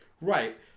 Right